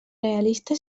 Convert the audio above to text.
realista